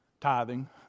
Tithing